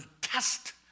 test